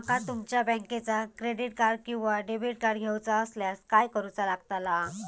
माका तुमच्या बँकेचा क्रेडिट कार्ड किंवा डेबिट कार्ड घेऊचा असल्यास काय करूचा लागताला?